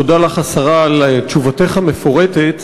תודה לך, השרה, על תשובתך המפורטת.